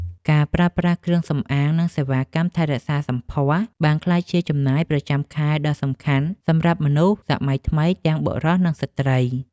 ការប្រើប្រាស់គ្រឿងសម្អាងនិងសេវាកម្មថែរក្សាសម្ផស្សបានក្លាយជាចំណាយប្រចាំខែដ៏សំខាន់សម្រាប់មនុស្សសម័យថ្មីទាំងបុរសនិងស្ត្រី។